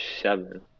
seven